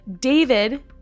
David